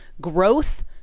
growth